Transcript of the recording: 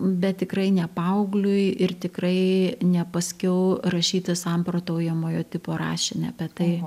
bet tikrai ne paaugliui ir tikrai ne paskiau rašyti samprotaujamojo tipo rašinį apie tai